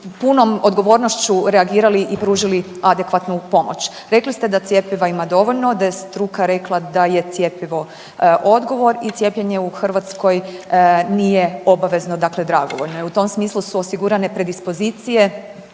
punom odgovornošću reagirali i pružili adekvatnu pomoć. Rekli ste da cjepiva ima dovoljno da je struka rekla da je cjepivo odgovor i cijepljenje u Hrvatskoj nije obavezno, dakle dragovoljno je. U tom smislu su osigurane predispozicije